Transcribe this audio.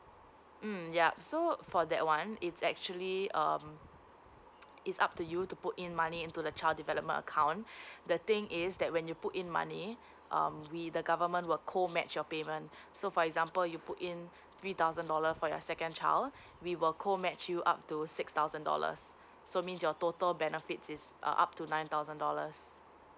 mm yup so for that one it's actually um it's up to you to put in money into the child development account the thing is that when you put in money um we the government will co match your payment so for example you put in three thousand dollar for your second child we will co match you up to six thousand dollars so means your total benefit is up to nine thousand dollars